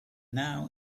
now